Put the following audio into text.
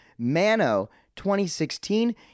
MANO2016